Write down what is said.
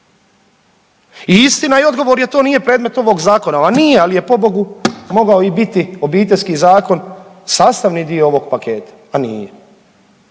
istina je, odgovor je to nije predmet ovog zakona, ma nije, ali je pobogu mogao i biti Obiteljski zakon sastavni dio ovog paketa, a nije.